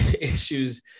issues